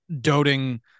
doting